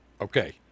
Okay